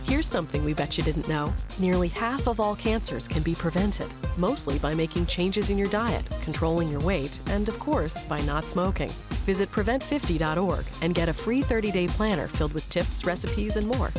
here's something we bet you didn't know nearly half of all cancers can be prevented mostly by making changes in your diet controlling your weight and of course by not smoking does it prevent fifty dot org and get a free thirty day planner filled with tips recipes and more